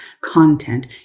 content